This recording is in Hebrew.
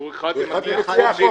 שהוא אחד ממציעי החוק.